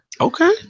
Okay